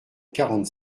quarante